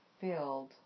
filled